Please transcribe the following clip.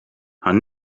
haar